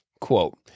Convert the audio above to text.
Quote